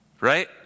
right